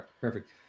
perfect